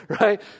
right